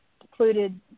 included